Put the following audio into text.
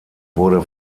wurde